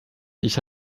ich